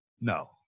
No